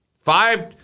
Five